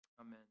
Amen